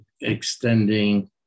extending